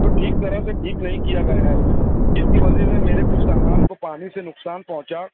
تو ٹھیک طرح سے ٹھیک نہیں کیا گیا ہے جس کی وجہ سے میرے کچھ سامان کو پانی سے نقصان پہنچا